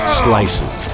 slices